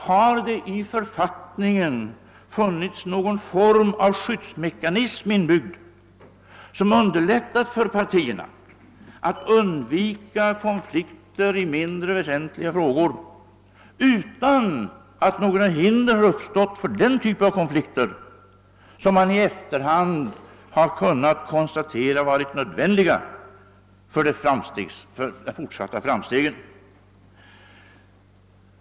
Har det i författningen funnits någon form av skyddsmekanism inbyggd som underlättat för partierna att undvika konflikter i mindre väsentliga frågor utan att några hinder har uppstått för den typ av konflikter som man i efterhand har kunnat konstatera varit nödvändiga för de fortsatta framstegen?